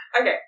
Okay